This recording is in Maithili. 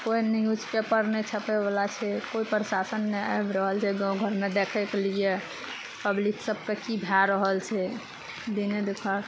कोइ न्यूज पेपर नहि छपै बला छै कोइ प्रशासन नहि आबि रहल छै गाँव घरमे देखैके लिए पब्लिक सब पे की भए रहल छै दिने देखार